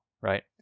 right